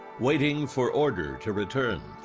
waiting for order to return,